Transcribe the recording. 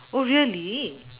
oh really